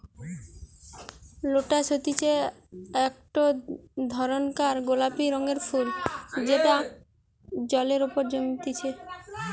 lotus হতিছে একটো ধরণকার গোলাপি রঙের ফুল যেটা জলের ওপরে জন্মতিচ্ছে